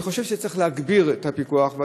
אני חושב שצריך להגביר את הפיקוח.